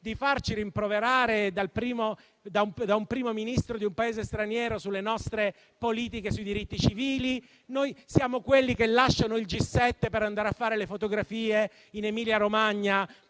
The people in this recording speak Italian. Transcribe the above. di farci rimproverare dal Primo Ministro di un Paese straniero sulle nostre politiche sui diritti civili. Noi siamo quelli che lasciano il G7 per andare a fare le fotografie in Emilia-Romagna